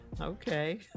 Okay